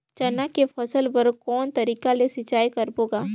चना के फसल बर कोन तरीका ले सिंचाई करबो गा?